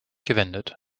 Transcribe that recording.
gewendet